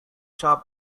top